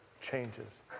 changes